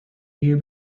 you